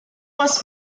was